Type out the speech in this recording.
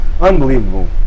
unbelievable